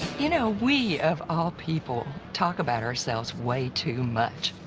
you know, we, of all people, talk about ourselves way too much.